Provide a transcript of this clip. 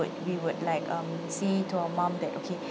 we would like um say to our mom that okay